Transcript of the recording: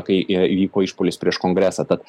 kai i įvyko išpuolis prieš kongresą tad